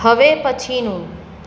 હવે પછીનું